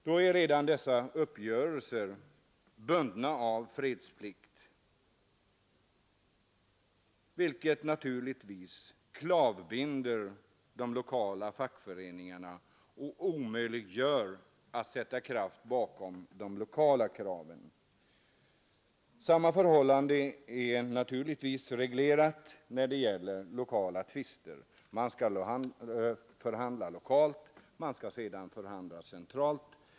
Då är redan dessa uppgörelser bundna av fredsplikt, vilket naturligtvis klavbinder de lokala fackföreningarna och gör det omöjligt att sätta kraft bakom de lokala kraven. På samma sätt är naturligtvis förhållandena reglerade när det gäller lokala tvister. Man skall förhandla lokalt, man skall sedan förhandla centralt.